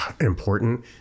important